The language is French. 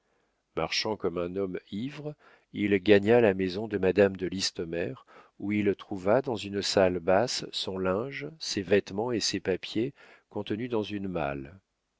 marchant comme un homme ivre il gagna la maison de madame de listomère où il trouva dans une salle basse son linge ses vêtements et ses papiers contenus dans une malle